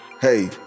Hey